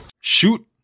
Shoot